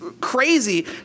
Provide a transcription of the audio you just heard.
crazy